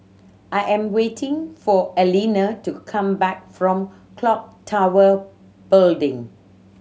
I am waiting for Alina to come back from Clock Tower Building